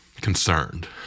concerned